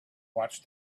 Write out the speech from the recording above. watched